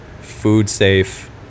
food-safe